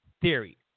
theory